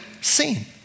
seen